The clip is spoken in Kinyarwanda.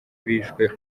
bishwe